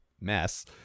mess